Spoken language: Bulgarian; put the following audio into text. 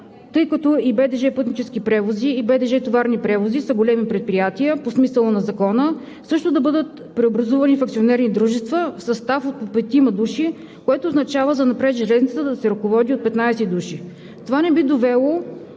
тъй като и БДЖ „Пътнически превози“, и БДЖ „Товарни превози“ са големи предприятия по смисъла на Закона, също да бъдат преобразувани в акционерни дружества в състав от по петима души, което означава занапред железницата да се ръководи от 15 души. Това не би довело